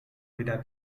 weder